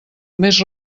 més